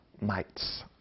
mites